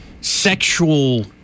sexual